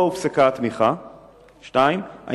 1. מדוע הופסקה התמיכה?